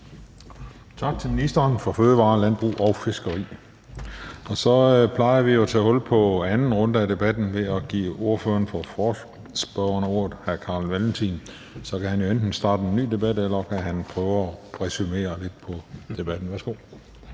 Tak til ministeren for fødevarer, landbrug og fiskeri. Så plejer vi jo at tage hul på anden runde af debatten ved at give ordføreren for forespørgerne ordet. Så kan han jo enten starte en ny debat eller prøve at resumere debatten. Værsgo